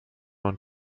und